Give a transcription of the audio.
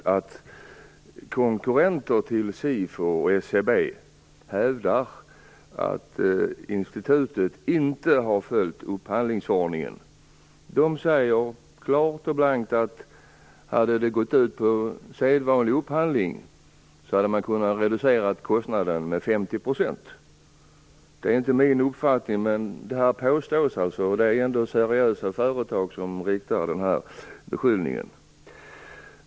Jag har hört att konkurrenter till SIFO och SCB hävdar att institutet inte har följt upphandlingsförordningen. De uttalar klart att om uppdraget hade gått ut på sedvanlig upphandling, hade man kunnat reducera kostnaden med 50 %. Det är inte min uppfattning, men det påstås att det är så, och det är seriösa företag som riktar beskyllningen.